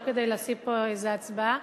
לא כדי להשיג פה איזה הצבעה.